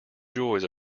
joys